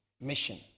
mission